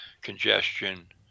congestion